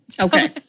Okay